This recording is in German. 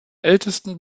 ältesten